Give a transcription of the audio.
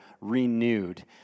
renewed